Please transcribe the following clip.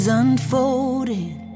unfolding